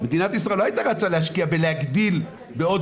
מדינת ישראל לא היתה רצה להשקיע ולהגדיל בעוד